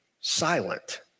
silent